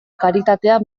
karitatea